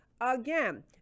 Again